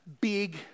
big